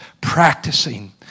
practicing